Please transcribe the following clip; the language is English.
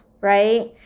right